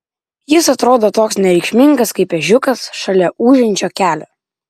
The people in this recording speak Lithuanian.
jis atrodo toks nereikšmingas kaip ežiukas šalia ūžiančio kelio